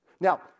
Now